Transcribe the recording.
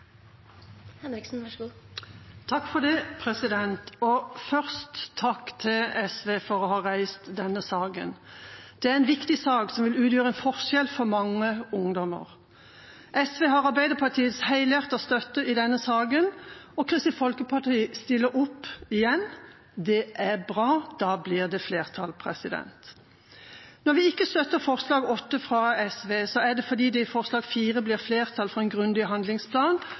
en viktig sak, som vil utgjøre en forskjell for mange ungdommer. SV har Arbeiderpartiets helhjertede støtte i denne saken, og Kristelig Folkeparti stiller igjen opp. Det er bra. Da blir det flertall. Når vi ikke støtter forslag nr. 8, fra Sosialistisk Venstreparti, er det fordi det med forslag nr. 4 vil bli flertall for en grundig handlingsplan.